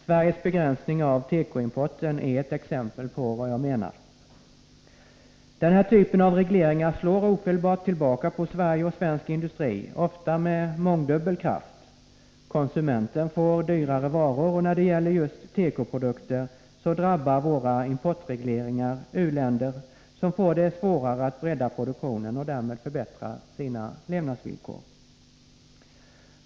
Sveriges begränsning av tekoimporten är ett exempel på vad jag menar. Den här typen av regleringar slår ofelbart tillbaka på Sverige och svensk industri — ofta med mångdubbel kraft. Konsumenten får dyrare varor. När det gäller just tekoprodukter drabbar våra importregleringar u-länder, som får det ännu svårare att bredda produktionen och därmed förbättra sina levnadsvillkor.